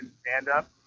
stand-up